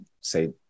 say